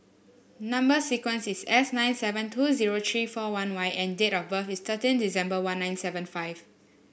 number sequence is S nine seven two zero three four one Y and date of birth is thirteen December one nine seven five